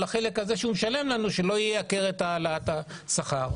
החלק הזה שהוא משלם לנו שלא ייקר את העלאת השכר.